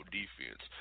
defense